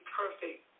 perfect